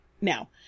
Now